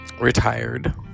Retired